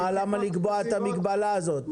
למה לקבוע את המגבלה הזאת?